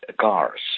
cars